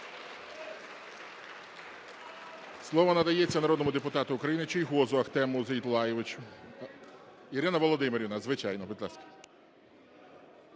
Слово надається народному депутату України Чийгозу Ахтему Зейтуллайовичу. Ірина Володимирівна, звичайно, будь ласка.